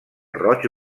roig